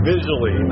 Visually